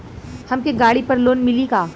हमके गाड़ी पर लोन मिली का?